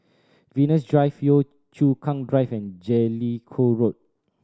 Venus Drive Yio Chu Kang Drive and Jellicoe Road